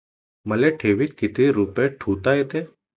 मले ठेवीत किती रुपये ठुता येते?